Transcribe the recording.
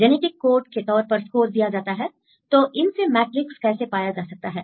genetic code के तौर पर स्कोर दिया जाता हैI तो इनसे मैट्रिक्स कैसे पाया जा सकता है